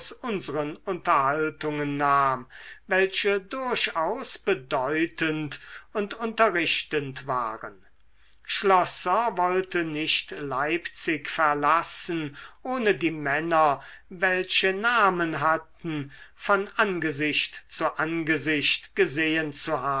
unseren unterhaltungen nahm welche durchaus bedeutend und unterrichtend waren schlosser wollte nicht leipzig verlassen ohne die männer welche namen hatten von angesicht zu angesicht gesehen